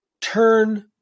turn